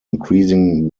increasing